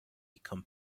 become